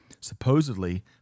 Supposedly